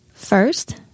first